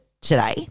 today